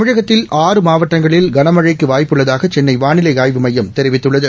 தமிழகத்தில் மாவட்டங்களில் கனமழைக்குவாய்ப்புள்ளதாகசென்னைவானிலைஆய்வு மையம் ஆறு தெரிவித்துள்ளது